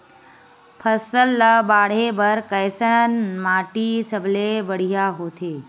फसल ला बाढ़े बर कैसन माटी सबले बढ़िया होथे?